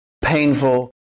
painful